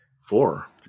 Four